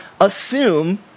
assume